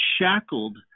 shackled